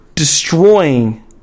destroying